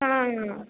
हाँ